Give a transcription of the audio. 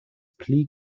pli